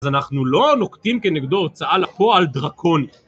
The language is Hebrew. אז אנחנו לא נוקטים כנגדו הוצאה לפועל דרקוני.